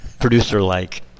producer-like